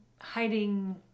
hiding